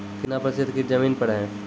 कितना प्रतिसत कीट जमीन पर हैं?